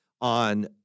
on